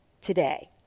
today